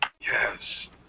Yes